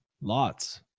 Lots